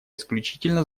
исключительно